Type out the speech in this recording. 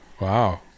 wow